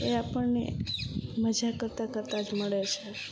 એ આપણને મજા કરતાં કરતાં જ મળે છે